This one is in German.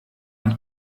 und